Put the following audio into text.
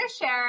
share